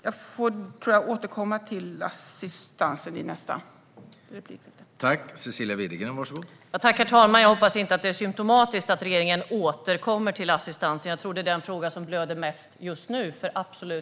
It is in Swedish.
Jag får återkomma till assistansen i nästa replik.